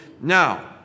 now